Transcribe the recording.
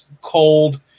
cold